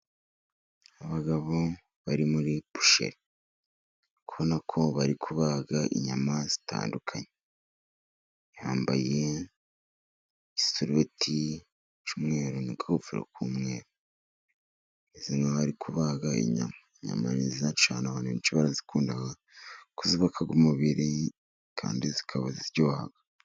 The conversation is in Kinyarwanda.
Abagabo bari muri busheri. Uri kubona ko bari kubaga inyama zitandukanye. Bambaye isarubeti y'umweru n'akagofero k'umweru. Bameze nk'aho bari kubaga inyama. Inyama ni nziza cyane abantu benshi barazikunda. Kuko zubaka umubiri kandi zikaba ziryoha.